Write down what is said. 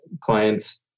clients